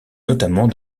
notamment